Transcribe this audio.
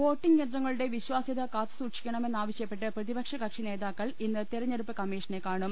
voting യന്ത്രങ്ങളുടെ വിശ്വാസൃത കാത്തു സൂക്ഷിക്കണ മെന്ന് ആവശ്യപ്പെട്ട് പ്രതിപക്ഷ കക്ഷി നേതാക്കൾ ഇന്ന് തെര ഞ്ഞെടുപ്പ് കമ്മീഷനെ കാണും